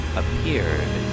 appeared